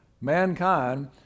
mankind